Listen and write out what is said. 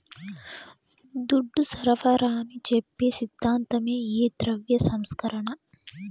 దుడ్డు సరఫరాని చెప్పి సిద్ధాంతమే ఈ ద్రవ్య సంస్కరణ